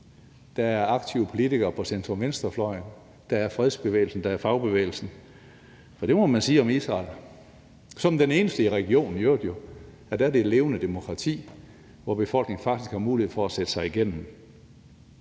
Der er aktive politikere på centrum-venstre-fløjen. Der er fredsbevægelsen. Der er fagbevægelsen. For det må man sige om Israel, som den i øvrigt eneste i regionen: at det er et levende demokrati, hvor befolkningen faktisk har mulighed for at sætte sig igennem,